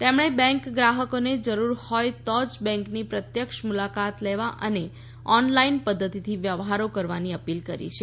તેમણે બેંક ગ્રાહકોને જરૂર હોય તો જ બેંકની પ્રત્યક્ષ મુલાકાત લેવા અને ઓનલાઈન પદ્ધતિથી વ્યવહારો કરવાની અપીલ કરી છે